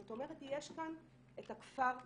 זאת אומרת יש כאן את הכפר כולו.